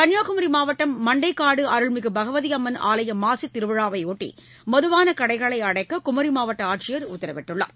கன்னியாகுமரி மாவட்டம் மண்டைக்காடு அருள்மிகு பகவதி அம்மன் ஆலய மாசித் திருவிழாவையாட்டி மதுபானக் கடைகளை அடைக்க குமரி மாவட்ட ஆட்சியர் திரு பிரசாந்த் மு வடநேர உத்தரவிட்டுள்ளார்